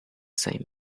same